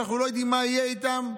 שאנחנו לא יודעים מה יהיה איתם,